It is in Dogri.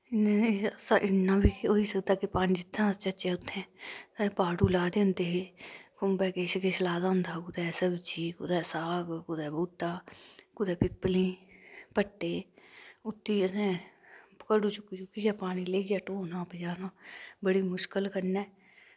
इन्ना बी होई सकदा के पानी जित्थें अस चाह्चै ता उत्थें असैं पाड़ू लादे होंदे हे खुम्बै किश किश ला दा होंदा हा कुतै सब्जी कुदै साग कुदै बूह्टा कुदै पिपलीं भट्टे उत्ती असैं घड़ू चुक्की चुकियै पानी लेईयै ढोनां पजाना बड़ी मुश्कल कन्नै